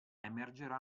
emergerà